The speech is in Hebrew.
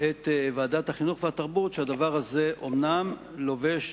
את ועדת החינוך והתרבות שהדבר הזה אומנם לובש